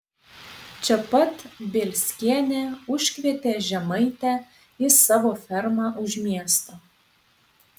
čia pat bielskienė užkvietė žemaitę į savo fermą už miesto